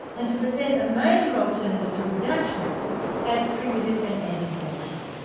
and to present a major alternative to reductionism as primitive and anti-rational,